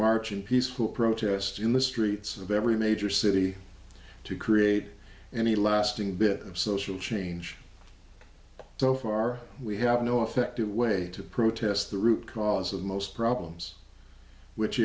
march in peaceful protest in the streets of every major city to create any lasting bit of social change so far we have no effective way to protest the root cause of most problems which